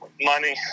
Money